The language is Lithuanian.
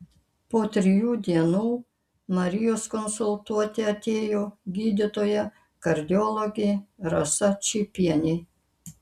po trijų dienų marijos konsultuoti atėjo gydytoja kardiologė rasa čypienė